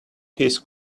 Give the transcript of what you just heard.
his